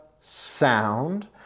sound